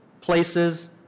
places